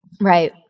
Right